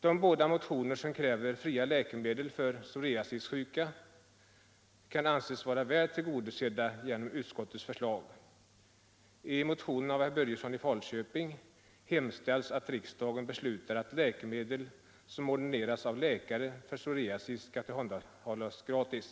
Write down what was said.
De båda motioner som kräver fria läkemedel för psoriasissjuka kan anses vara väl tillgodosedda genom utskottets förslag. I motionen av herr Börjesson i Falköping hemställs att riksdagen beslutar att läkemedel som ordineras av läkare för psoriasis skall tillhandahållas gratis.